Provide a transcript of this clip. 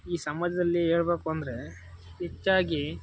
ಈ ಸಮಾಜದಲ್ಲಿ ಹೇಳ್ಬೇಕು ಅಂದರೆ ಹೆಚ್ಚಾಗಿ